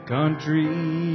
country